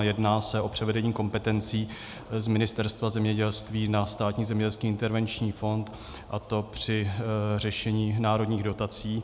Jedná se o převedení kompetencí z Ministerstva zemědělství na Státní zemědělský intervenční fond, a to při řešení národních dotací.